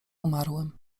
umarłym